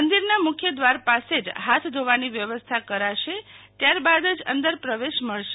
મંદિરના મુખ્ય દ્વાર પાસે જ હાથ ધોવાની વ્યુંઅવસ્થા કરાશે ત્યાર બાદ જ અંદર પ્રવેશ મળશે